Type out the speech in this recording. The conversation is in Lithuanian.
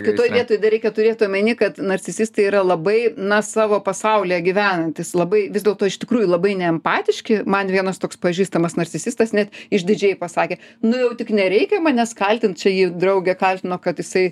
kitoj vietoj dar reikia turėt omeny kad narcisistai yra labai na savo pasaulyje gyvenantys labai vis dėlto iš tikrųjų labai neempatiški man vienas toks pažįstamas narcisistas net išdidžiai pasakė nu jau tik nereikia manęs kaltint čia jį draugė kaltino kad jisai